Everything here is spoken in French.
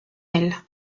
elle